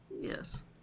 yes